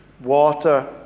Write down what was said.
water